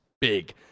Big